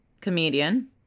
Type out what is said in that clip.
comedian